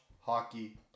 hockey